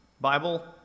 Bible